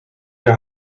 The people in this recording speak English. your